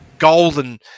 golden